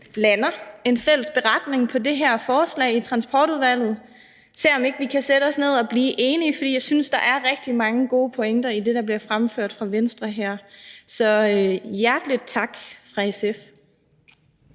lander en fælles beretning på det her forslag; at vi ser, om vi ikke kan sætte os ned og blive enige. For jeg synes, der er rigtig mange gode pointer i det, der bliver fremført fra Venstres side her. Så hjertelig tak fra SF.